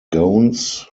gowns